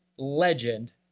legend